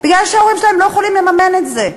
בגלל שההורים שלהם לא יכולים לממן את זה.